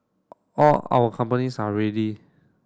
all our companies are ready